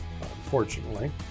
unfortunately